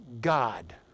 God